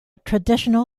traditional